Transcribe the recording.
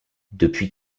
depuis